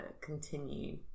continue